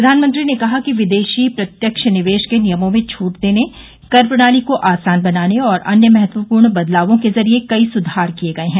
प्रधानमंत्री ने कहा कि विदेशी प्रत्यक्ष निवेश के नियमों में छूट देने कर प्रणाली को आसान बनाने और अन्य महत्वप्रर्ण बदलावों के जरिए कई सुधार किए गए हैं